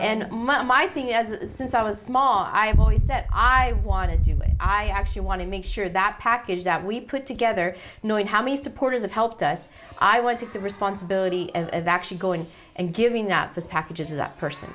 and my thing as since i was small i have always said i want to do i actually want to make sure that package that we put together knowing how many supporters have helped us i want to the responsibility of actually go in and giving not just packages to that person